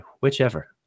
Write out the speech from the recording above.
Whichever